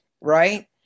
right